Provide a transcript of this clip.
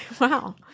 Wow